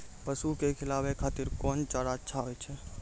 पसु के खिलाबै खातिर कोन चारा अच्छा होय छै?